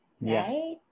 right